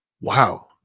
Wow